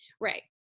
Right